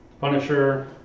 Punisher